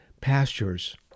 pastures